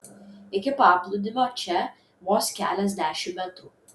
iki paplūdimio čia vos keliasdešimt metrų